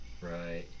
Right